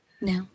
No